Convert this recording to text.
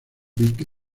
vic